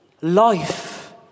Life